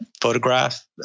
photograph